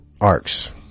Arcs